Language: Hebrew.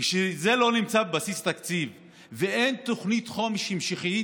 וכשזה לא נמצא בבסיס התקציב ואין תוכנית חומש המשכית,